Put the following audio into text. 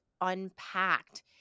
unpacked